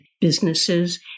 businesses